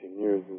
years